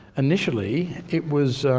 initially, it was